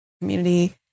community